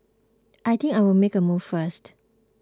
I think I'll make a move first